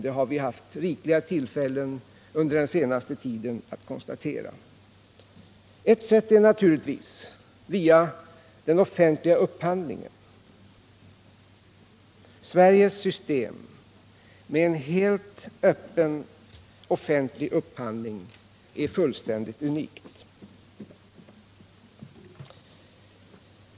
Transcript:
Under den senaste tiden har vi haft åtskilliga tillfällen att konstatera detta. Ett sätt är naturligtvis den offentliga upphandlingen. Sveriges system med en helt öppen offentlig upphandling är fullständigt unikt.